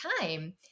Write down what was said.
time